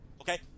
Okay